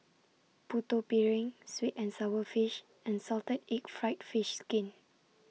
Putu Piring Sweet and Sour Fish and Salted Egg Fried Fish Skin